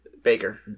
Baker